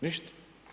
Ništa.